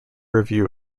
review